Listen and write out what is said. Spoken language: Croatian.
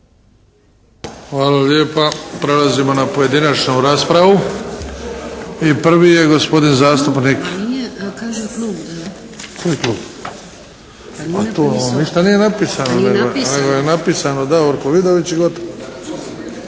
Hvala lijepa. Prelazimo na pojedinačnu raspravu. I prvi je gospodin zastupnik …… /Upadica se ne razumije./ … Ništa nije napisano. Napisano je Davorko Vidović i gotovo.